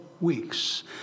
weeks